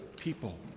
people